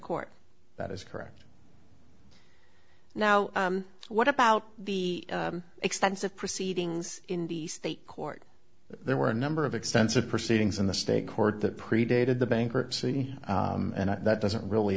court that is correct now what about the extensive proceedings in the state court there were a number of extensive proceedings in the state court that predated the bankruptcy and that doesn't really